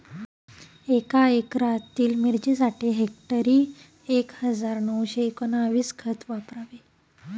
एका एकरातील मिरचीसाठी हेक्टरी एक हजार नऊशे एकोणवीस खत वापरावे